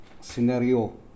scenario